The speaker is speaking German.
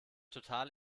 total